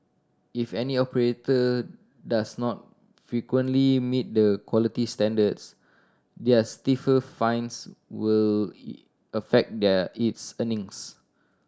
if any operator does not frequently meet the quality standards their stiffer fines will affect their its earnings